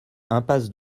impasse